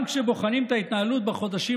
גם כשבוחנים את ההתנהלות בחודשים